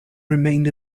remained